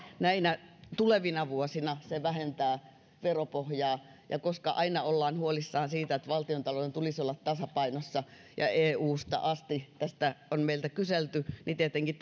näinä tulevina vuosina se vähentää veropohjaa koska aina ollaan huolissaan siitä että valtiontalouden tulisi olla tasapainossa ja eusta asti tästä on meiltä kyselty niin tietenkin